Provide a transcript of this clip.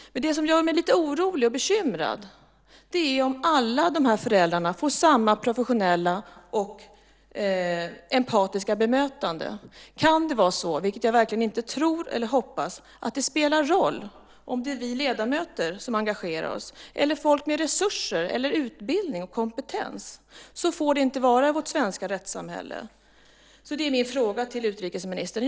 Men det som gör mig lite orolig och bekymrad är om alla de här föräldrarna får samma professionella och empatiska bemötande. Kan det vara så, vilket jag verkligen inte tror eller hoppas, att det spelar roll om det är vi ledamöter som engagerar oss eller folk med resurser eller utbildning och kompetens? Så får det inte vara i vårt svenska rättssamhälle. Det är min fråga till utrikesministern.